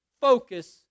focus